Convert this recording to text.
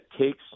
takes